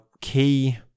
key